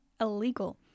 illegal